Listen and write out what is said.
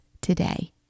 today